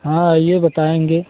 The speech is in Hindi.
हाँ ये बताएँगे